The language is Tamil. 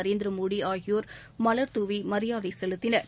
நரேந்திரமோடி ஆகியோர் மலர் தூவிமரியாதைசெலுத்தினர்